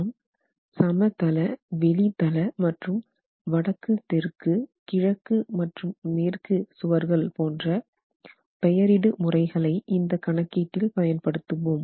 நாம் சமதள வெளிதள மற்றும் வடக்கு தெற்கு கிழக்கு மற்றும் மேற்கு சுவர்கள் போன்ற பெயரிடு முறைகளை இந்த கணக்கீட்டில் பயன் படுத்துவோம்